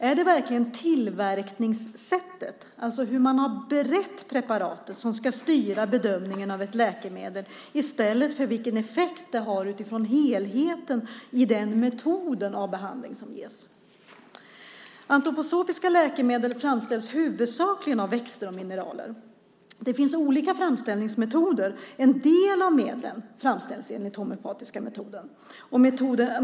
Är det verkligen tillverkningssättet, alltså hur man har berett preparatet, som ska styra bedömningen av ett läkemedel i stället för vilken effekt det har utifrån helheten i metoden för den behandling som ges? Antroposofiska läkemedel framställs huvudsakligen av växter och mineraler. Det finns olika framställningsmetoder. En del av medlen framställs enligt den homeopatiska metoden.